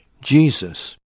Jesus